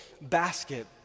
basket